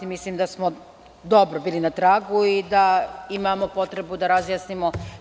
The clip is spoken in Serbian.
Mislim da smo dobro bili na tragu i da imamo potrebu da razjasnimo.